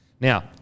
now